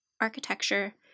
architecture